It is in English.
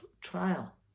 trial